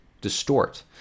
Distort